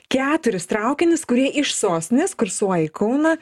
keturis traukinius kurie iš sostinės kursuoja į kauną